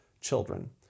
children